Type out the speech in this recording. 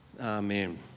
Amen